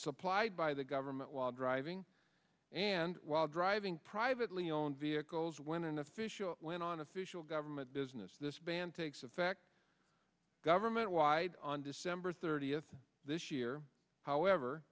supplied by the government while driving and while driving privately owned vehicles when an official went on official government business this ban takes effect government wide on december thirtieth this year however